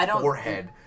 forehead